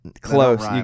Close